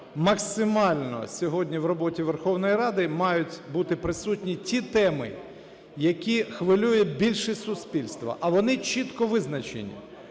максимально сьогодні в роботі Верховної Ради мають бути присутні ті теми, які хвилюють більшість суспільства. А вони чітко визначені.